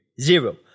Zero